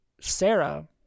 Sarah